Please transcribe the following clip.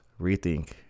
rethink